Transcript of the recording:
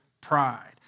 pride